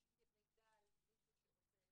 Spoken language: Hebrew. יש מידע על מישהו שרוצה